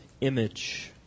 image